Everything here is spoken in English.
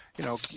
you know,